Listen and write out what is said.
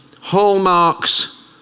hallmarks